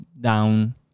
down